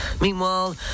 Meanwhile